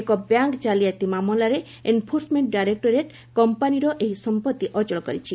ଏକ ବ୍ୟାଙ୍କ୍ କାଲିଆତି ମାମଲାରେ ଏନ୍ଫୋର୍ସମେଣ୍ଟ ଡାଇରେକ୍ଟୋରେଟ୍ କମ୍ପାନୀର ଏହି ସମ୍ପଭି ଅଚଳ କରିଛି